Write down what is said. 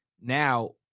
now